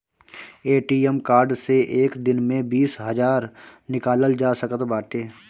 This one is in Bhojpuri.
ए.टी.एम कार्ड से एक दिन में बीस हजार निकालल जा सकत बाटे